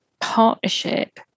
partnership